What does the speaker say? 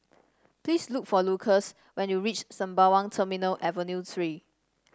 please look for Lucas when you reach Sembawang Terminal Avenue Three